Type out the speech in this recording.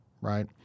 right